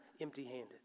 empty-handed